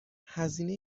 هزینه